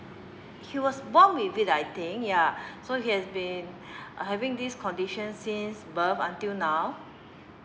he was born with it I think yeah so he has been having this condition since birth until now